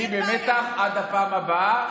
תהיי במתח עד הפעם הבאה.